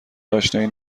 اشنایی